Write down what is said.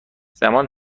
زمان